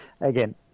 Again